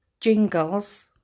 Jingles